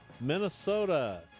Minnesota